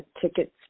tickets